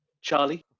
Charlie